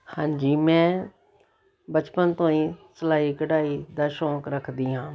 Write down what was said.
ਹਾਂਜੀ ਮੈਂ ਬਚਪਨ ਤੋਂ ਹੀ ਸਿਲਾਈ ਕਢਾਈ ਦਾ ਸ਼ੌਕ ਰੱਖਦੀ ਹਾਂ